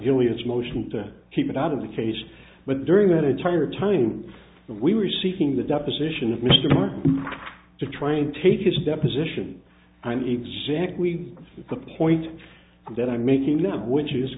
ileus motion to keep it out of the cage but during that entire time we were seeking the deposition of mr martin to try and take his deposition and exactly the point that i'm making now which is